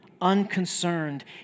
unconcerned